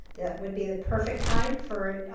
that would be the perfect time for,